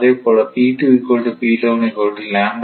அதேபோல மற்றும் இது 0